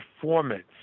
performance